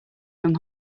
from